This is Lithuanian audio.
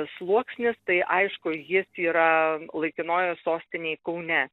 sluoksnis tai aišku jis yra laikinojoj sostinėj kaune